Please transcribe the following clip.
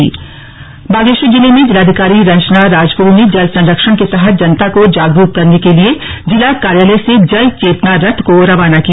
जल चेतना रथ बागेश्वर जिले में जिलाधिकारी रंजना राजगूरू ने जल सरंक्षण के तहत जनता को जागरुक करने के लिए जिला कार्यालय से जल चेतना रथ को रवाना किया